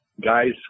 guys